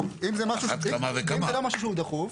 אם זה לא משהו שהוא דחוף,